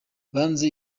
banze